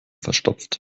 verstopft